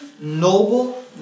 noble